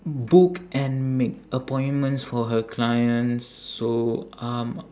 book and make appointments for her clients so um